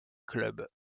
club